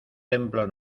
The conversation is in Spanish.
templo